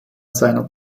seiner